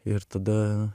ir tada